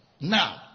Now